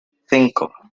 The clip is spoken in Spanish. cinco